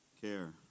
care